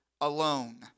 alone